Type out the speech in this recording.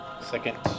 Second